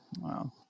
Wow